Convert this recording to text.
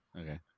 Okay